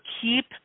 keep